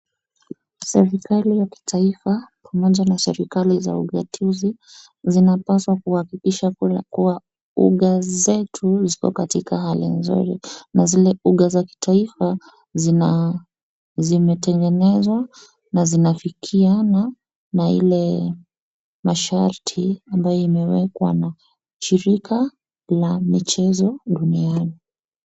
Serikali ya kitaifa pamoja na serikali za ugatuzi zinapaswa kuhakikisha kuwa uga zetu ziko katika hali nzuri na zile uga za kitaifa zimetengenezwa na zinafikiana na ile masharti ambayo imewekwa na shirika la michezo duniani.